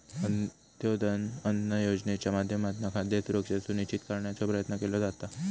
अंत्योदय अन्न योजनेच्या माध्यमातना खाद्य सुरक्षा सुनिश्चित करण्याचो प्रयत्न केलो जाता